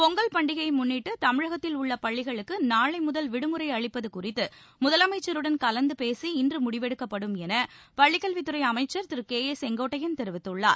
பொங்கல் பண்டிகையை முன்னிட்டு தமிழகத்தில் உள்ள பள்ளிகளுக்கு நாளைமுதல் விடுமுறை அளிப்பது குறித்து முதலமைச்சருடன் கலந்தபேசி இன்று முடிவெடுக்கப்படும் என பள்ளிக்கல்வித்துறை அமைச்சர் திரு கே ஏ செங்கோட்டையன் தெரிவித்துள்ளார்